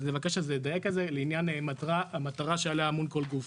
אז נבקש לדייק את זה לעניין המטרה שעליה אמון כל גוף,